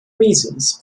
reasons